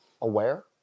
aware